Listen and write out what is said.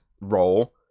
role